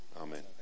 Amen